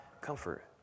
comfort